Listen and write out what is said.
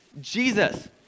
Jesus